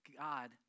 God